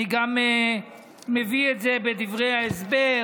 אני גם מביא את זה בדברי ההסבר: